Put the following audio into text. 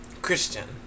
christian